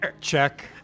Check